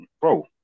bro